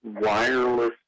wireless